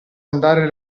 andare